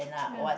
ya